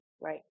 right